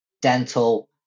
dental